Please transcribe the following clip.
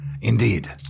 Indeed